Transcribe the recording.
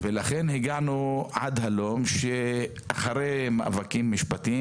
לכן הגעתי עד הלום שאחרי מאבקים משפטיים